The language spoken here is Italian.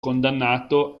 condannato